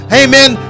amen